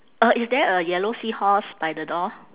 uh is there a yellow seahorse by the door